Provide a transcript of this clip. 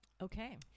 okay